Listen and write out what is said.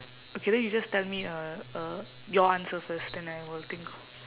okay then you just tell me uh uh your answer first then I will think